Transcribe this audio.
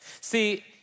See